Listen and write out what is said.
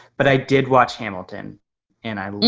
but i did watch hamilton and i